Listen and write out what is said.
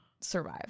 survive